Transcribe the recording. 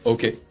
Okay